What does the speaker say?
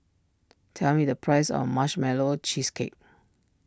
tell me the price of Marshmallow Cheesecake